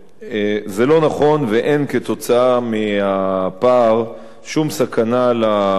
ואין כתוצאה מהפער שום סכנה למטופלים במערכת הבריאות.